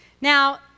Now